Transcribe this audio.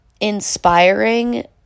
inspiring